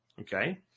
okay